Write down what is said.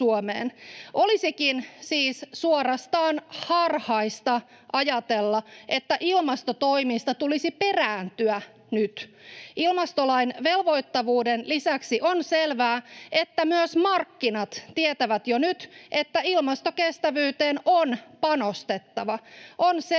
Olisikin siis suorastaan harhaista ajatella, että ilmastotoimista tulisi perääntyä nyt. Ilmastolain velvoittavuuden lisäksi on selvää, että myös markkinat tietävät jo nyt, että ilmastokestävyyteen on panostettava. On selvää,